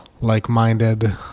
like-minded